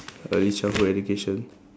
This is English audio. early childhood education